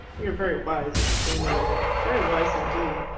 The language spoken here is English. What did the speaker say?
you are very wise, exclaimed the other very wise indeed.